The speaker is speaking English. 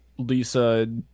Lisa